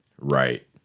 right